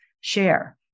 share